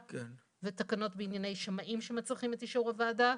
ותקנות בענייני שמאים שמצריכים את אישור הוועדה.